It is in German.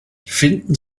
finden